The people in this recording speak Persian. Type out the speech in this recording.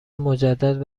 مجدد